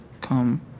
come